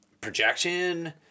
projection